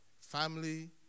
family